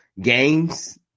games